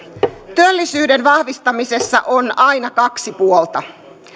työllisyyden vahvistamisessa on aina kaksi puolta